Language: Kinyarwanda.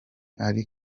ari